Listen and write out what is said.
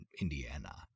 Indiana